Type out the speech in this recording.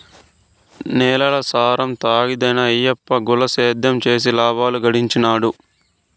నేలల సారం తగ్గినాదని ఆయప్ప గుల్ల సేద్యం చేసి లాబాలు గడించినాడు